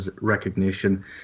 recognition